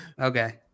Okay